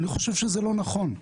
אני חושב שזה לא נכון.